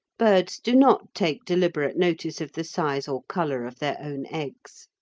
birds do not take deliberate notice of the size or colour of their own eggs.